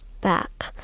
back